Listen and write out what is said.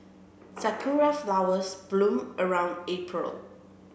sakura flowers bloom around April